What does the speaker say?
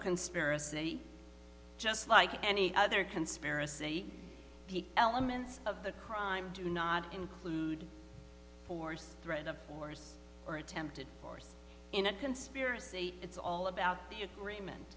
conspiracy just like any other conspiracy elements of the crime do not include force threat of force or attempted force in a conspiracy it's all about the agreement